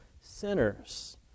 sinners